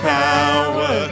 power